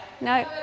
No